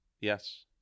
Yes